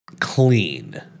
clean